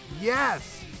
yes